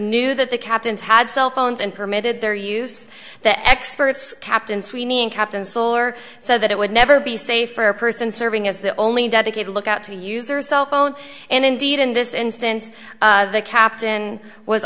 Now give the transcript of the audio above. knew that the captains had cell phones and permitted their use the experts captain sweeney and captain solar said that it would never be safe for a person serving as the only dedicated lookout to use their cell phone and indeed in this instance the captain was